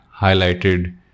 highlighted